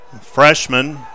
freshman